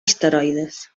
asteroides